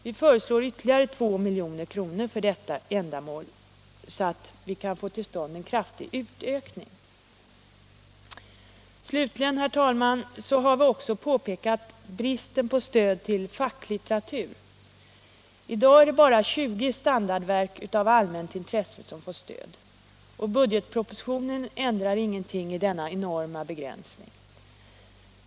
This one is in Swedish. Vi föreslår ytterligare 2 milj.kr. för detta ändamål för att möjliggöra en kraftig utökning av verksamheten. Slutligen, herr talman, har vi också påpekat bristen på stöd till facklitteratur. I dag är det endast 20 standardverk av allmänt intresse per år som får stöd. Budgetpropositionen ändrar ingenting i denna enorma begränsning.